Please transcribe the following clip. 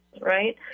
right